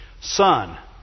Son